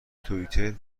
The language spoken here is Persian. توییتر